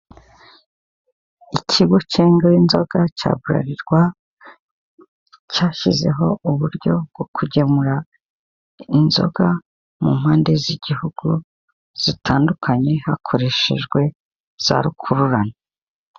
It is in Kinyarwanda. Ubuyobozi bwa leta y'u Rwanda buhora bushishikariza abaturage bayo kuva mu megeka kuko ibi bintu bishyira ubuzima bwabo mu kaga, nyamuneka muhanahane aya makuru aba bantu bave mu manegeka.